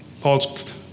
Paul's